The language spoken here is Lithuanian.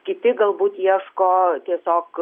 kiti galbūt ieško tiesiog